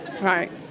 Right